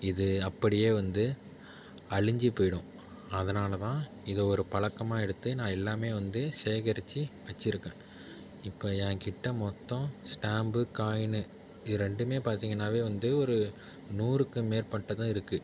இது அப்படியே வந்து அழிஞ்சு போயிடும் அதனால் தான் இதை ஒரு பழக்கமாக எடுத்து நான் எல்லாமே வந்து சேகரித்து வெச்சுருக்கேன் இப்போ என்கிட்ட மொத்தம் ஸ்டாம்பு காய்னு இது ரெண்டுமே பார்த்திங்கனாவே வந்து ஒரு நூறுக்கு மேற்பட்டதும் இருக்குது